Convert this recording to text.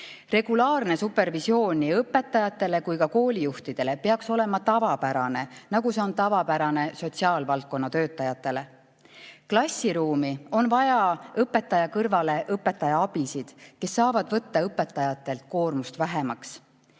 Regulaarne supervisioon nii õpetajatele kui ka koolijuhtidele peaks olema tavapärane, nagu see on tavapärane sotsiaalvaldkonna töötajatele. Klassiruumi on vaja õpetaja kõrvale õpetaja abisid, kes saavad võtta õpetajatelt koormust vähemaks. Nii